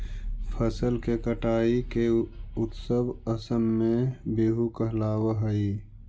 फसल के कटाई के उत्सव असम में बीहू कहलावऽ हइ